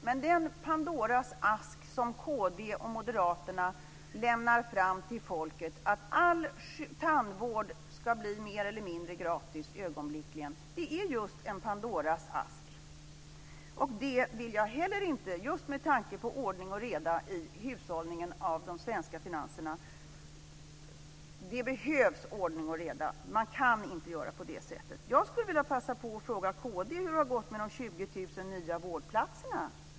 Men den Pandoras ask som kd och Moderaterna lämnar fram till folket, att all tandvård ögonblickligen ska bli mer eller mindre gratis, är just en Pandoras ask. Det vill jag inte heller vara med om just med tanke på detta med ordning och reda i hushållningen av de svenska finanserna. Det behövs ordning och reda. Man kan inte göra på det här sättet. Jag skulle vilja passa på att fråga kd hur det har gått med de 20 000 nya vårdplatserna.